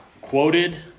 quoted